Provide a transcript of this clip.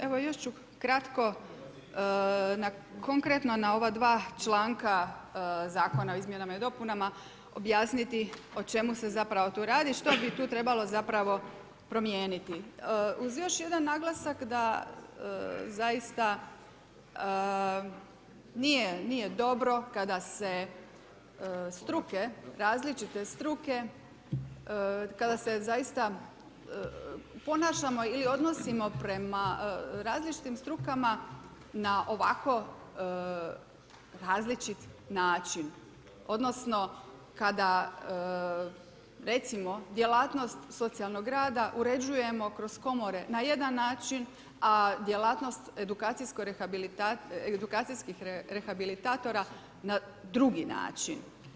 Evo još ću kratko konkretno na ova dva članka Zakona o izmjenama i dopunama objasniti o čemu se zapravo tu radi, što bi tu trebalo zapravo promijeniti uz još jedan naglasak da zaista nije dobro kada se struke, različite struke kada se zaista ponašamo ili odnosimo prema različitim strukama na ovako različit način odnosno kada recimo djelatnost socijalnog rada uređujemo kroz komore na jedan način, a djelatnost edukacijskih rehabilitatora na drugi način.